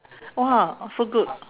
!wah! so good